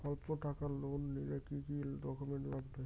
অল্প টাকার লোন নিলে কি কি ডকুমেন্ট লাগে?